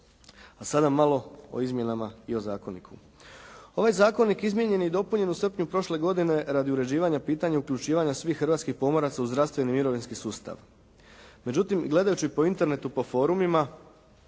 A sada malo o izmjenama i o zakoniku. Ovaj zakonik izmijenjen je i dopunjen u srpnju prošle godine radi uređivanja pitanja, uključivanja svih hrvatskih pomoraca u zdravstveni i mirovinski sustav. Međutim, gledajući po internetu, po forumima,